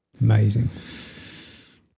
Amazing